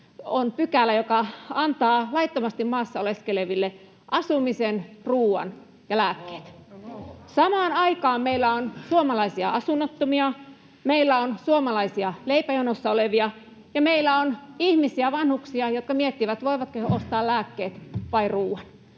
on pykälä, joka antaa laittomasti maassa oleskeleville asumisen, ruoan ja lääkkeet. Samaan aikaan meillä on suomalaisia asunnottomia, meillä on suomalaisia leipäjonossa olevia ja meillä on ihmisiä, vanhuksia, jotka miettivät, voivatko he ostaa lääkkeet vai ruoan.